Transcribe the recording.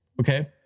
okay